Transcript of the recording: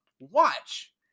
watch